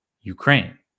Ukraine